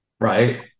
Right